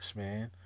man